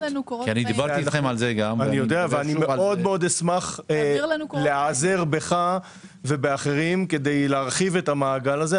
אני מאוד אשמח להיעזר בך ובאחרים כדי להרחיב את המעגל הזה.